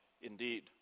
indeed